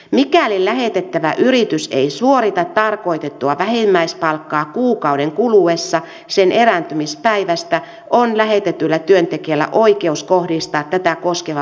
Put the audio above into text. mikäli lähettävä yritys ei suorita tarkoitettua vähimmäispalkkaa kuukauden kuluessa sen erääntymispäivästä on lähetetyllä työntekijällä oikeus kohdistaa tätä koskeva vaatimus tilaajaan